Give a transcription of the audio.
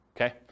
okay